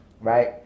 right